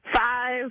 five